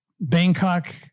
Bangkok